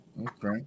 Okay